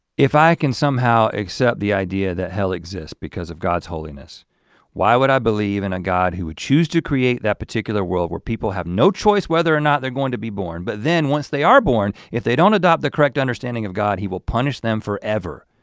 if i can somehow accept the idea that hell exists because of god's holiness why would i believe in a god who would choose to create that particular world where people have no choice whether or not they're going to be born but then once they are born, if they don't adopt the correct understanding of god, he will punish them forever.